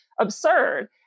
absurd